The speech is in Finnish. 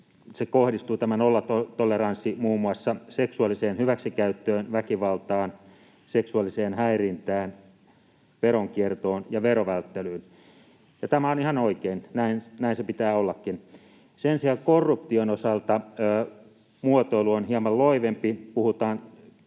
kohdistuu muun muassa seksuaaliseen hyväksikäyttöön, väkivaltaan, seksuaaliseen häirintään, veronkiertoon ja verovälttelyyn. Tämä on ihan oikein, näin sen pitää ollakin. Sen sijaan korruption osalta muotoilu on hieman loivempi: